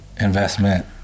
investment